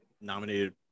nominated